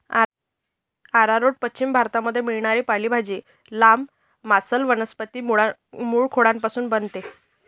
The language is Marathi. आरारोट पश्चिम भारतामध्ये मिळणारी पालेभाजी, लांब, मांसल वनस्पती मूळखोडापासून बनते